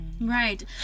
Right